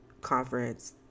conference